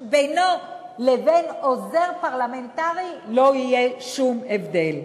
ובינו לבין עוזר פרלמנטרי לא יהיה שום הבדל.